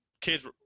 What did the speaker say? kids